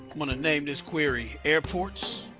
i'm gonna name this query airports